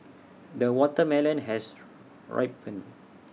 the watermelon has ripened